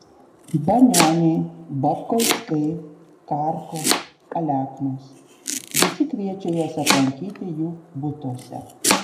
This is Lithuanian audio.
banioniai babkauskai karkos aleknos visi kviečia juos aplankyti jų butuose